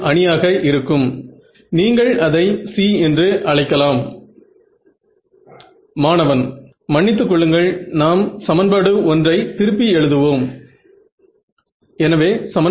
எப்படி நீங்கள் செயல்படுத்துவீர்கள் என்று உங்களுக்கு சொல்லப் போகிறேன்